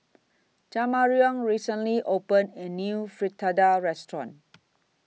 Jamarion recently opened A New Fritada Restaurant